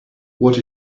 what